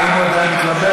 אם הוא עדיין מתלבט?